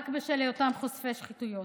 רק בשל היותם חושפי שחיתויות.